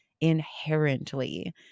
inherently